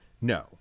no